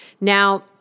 Now